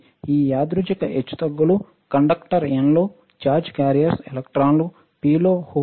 ఈ యాదృచ్ఛిక హెచ్చుతగ్గులు కండక్టర్ N లో ఛార్జ్ క్యారియర్లు ఎలక్ట్రాన్లు P లో హోల్స్